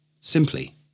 simply